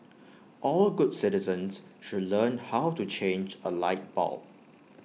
all good citizens should learn how to change A light bulb